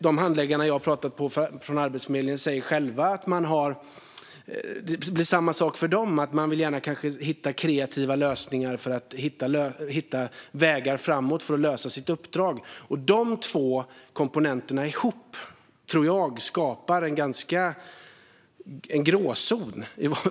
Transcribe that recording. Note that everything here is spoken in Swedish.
De handläggare på Arbetsförmedlingen som jag har pratat med säger själva att de gärna vill hitta kreativa vägar framåt för att lösa sitt uppdrag. Dessa båda komponenter ihop tror jag skapar en gråzon.